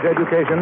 education